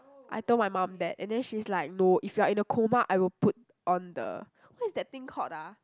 I told my mum that and then she's like no if you are in coma I will put on the what is that thing called ah